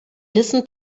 listened